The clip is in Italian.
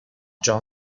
john